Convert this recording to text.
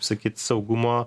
sakyt saugumo